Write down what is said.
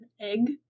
egg